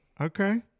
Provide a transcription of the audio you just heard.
Okay